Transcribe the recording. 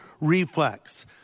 reflex